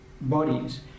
bodies